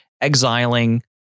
exiling